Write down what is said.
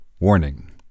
Warning